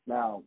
Now